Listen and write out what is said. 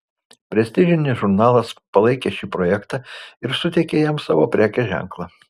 prestižinis žurnalas palaikė šį projektą ir suteikė jam savo prekės ženklą